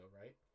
right